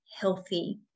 healthy